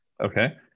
Okay